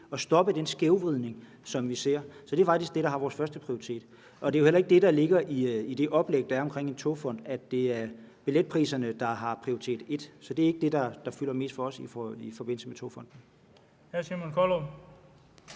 at stoppe den skævvridning, som vi ser, og det er faktisk det, der har vores førsteprioritet. Og det er jo heller ikke det, der ligger i det oplæg, der er om en togfond, altså at det er billetpriserne, der har prioritet et. Det er ikke det, der fylder mest for os i forbindelse med Togfonden. Kl. 13:20 Den fg.